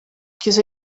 chiuso